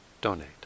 donate